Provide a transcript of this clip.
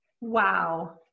wow